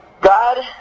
God